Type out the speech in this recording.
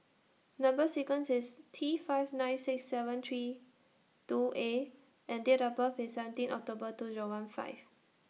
Number sequence IS T five nine six seven three two A and Date of birth IS seventeen October two Zero one five